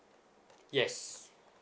yes